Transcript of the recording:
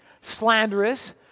slanderous